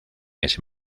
ese